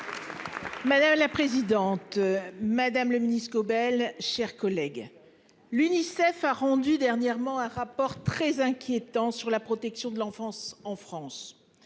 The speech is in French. Madame la présidente, madame le Ministre. Chers collègues. L'UNICEF a rendu dernièrement un rapport très inquiétant sur la protection de l'enfance en France.